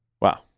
Wow